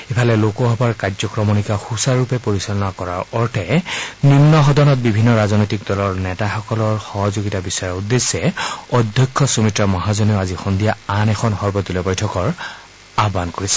ইফালে লোকসভাৰ কাৰ্যক্ৰমণিকা সুচাৰুৰূপে পৰিচালনাৰ কৰাৰ অৰ্থে নিম্ন সদনত বিভিন্ন ৰাজনৈতিক নেতাসকলৰ সহযোগিতা বিচৰাৰ উদ্দেশ্যে অধ্যক্ষ সুমিত্ৰা মহাজনেও আজি সন্ধিয়া আন এখন সৰ্বদলীয় বৈঠকৰ আহান কৰিছে